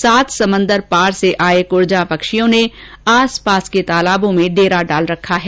सात समंदर पार से आए कुरजां पंछियों ने आसपास के तालाबों में डेरा डाल रखा है